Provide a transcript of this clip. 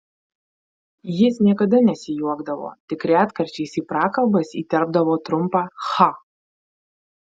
jis niekada nesijuokdavo tik retkarčiais į prakalbas įterpdavo trumpą cha